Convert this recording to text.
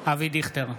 אבי דיכטר,